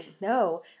no